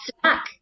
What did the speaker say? snack